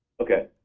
okay.